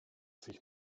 sich